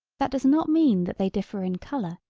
that does not mean that they differ in color,